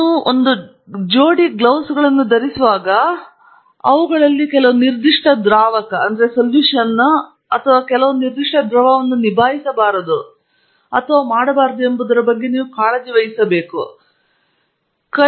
ನೀವು ಒಂದು ಜೋಡಿ ಕೈಗವಸುಗಳನ್ನು ಧರಿಸುವಾಗ ಅವುಗಳಲ್ಲಿ ಕೆಲವು ನಿರ್ದಿಷ್ಟ ದ್ರಾವಕ ಅಥವಾ ನಿರ್ದಿಷ್ಟ ದ್ರವವನ್ನು ನಿಭಾಯಿಸಬಾರದು ಅಥವಾ ಮಾಡಬಾರದು ಎಂಬುದರ ಬಗ್ಗೆ ನೀವು ಕಾಳಜಿ ವಹಿಸಬೇಕಾಗಿರುವುದು ಮಾತ್ರ